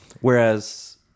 Whereas